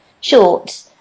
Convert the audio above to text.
short